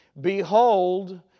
Behold